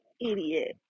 idiot